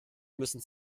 müssen